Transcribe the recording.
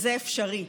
וזה אפשרי.